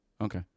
Okay